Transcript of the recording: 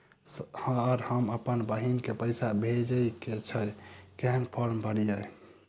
Sir हम अप्पन बहिन केँ पैसा भेजय केँ छै कहैन फार्म भरीय?